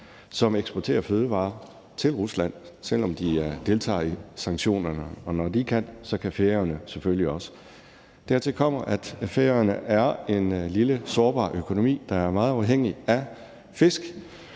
som eksporterer fødevarer til Rusland, selv om de deltager i sanktionerne, og når de kan, kan Færøerne selvfølgelig også. Dertil kommer, at Færøerne er en lille sårbar økonomi, der er meget afhængig af fisk,